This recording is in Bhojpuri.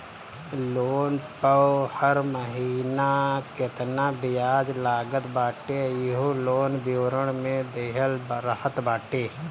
लोन पअ हर महिना केतना बियाज लागत बाटे इहो लोन विवरण में देहल रहत बाटे